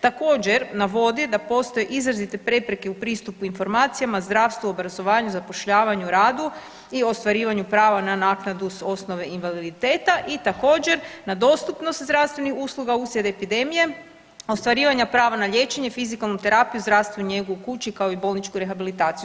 Također navodi da postoji izrazite prepreke u pristupu informacijama, zdravstvu, obrazovanju, zapošljavanju, radu i ostvarivanju prava na naknadu s osnove invaliditeta i također na dostupnost zdravstvenih usluga uslijed epidemije, ostvarivanja prava na liječenje, fizikalnu terapiju, zdravstvenu njegu u kući kao i bolničku rehabilitaciju.